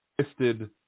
twisted